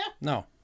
no